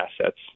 assets